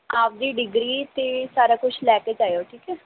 ਆਪਣੀ ਡਿਗਰੀ ਅਤੇ ਸਾਰਾ ਕੁਛ ਲੈ ਕੇ ਜਾਇਓ ਠੀਕ ਹੈ